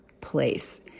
place